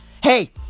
Hey